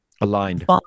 aligned